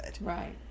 Right